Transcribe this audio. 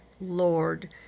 Lord